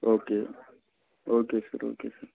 okay okay sir okay sir